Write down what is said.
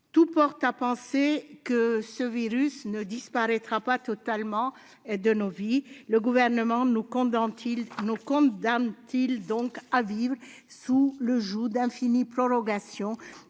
Tout porte à penser que ce virus ne disparaîtra pas totalement de nos vies. Le Gouvernement nous condamne-t-il donc à vivre sous le joug d'infinies prorogations